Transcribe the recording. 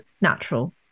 natural